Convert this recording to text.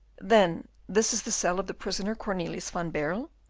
then this is the cell of the prisoner cornelius van baerle?